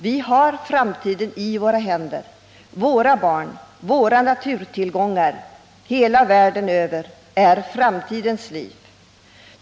Vi har framtiden i våra händer, och våra barn och våra naturtillgångar hela världen över är framtidens liv.